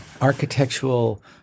architectural